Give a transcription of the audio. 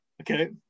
Okay